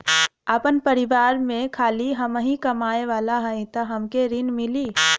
आपन परिवार में खाली हमहीं कमाये वाला हई तह हमके ऋण मिली?